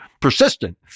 persistent